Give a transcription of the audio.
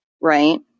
Right